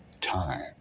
time